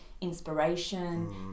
inspiration